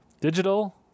Digital